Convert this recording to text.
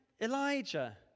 Elijah